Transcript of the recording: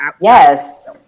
Yes